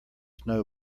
know